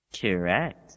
Correct